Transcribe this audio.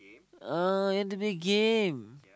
uh you want to play game